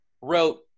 wrote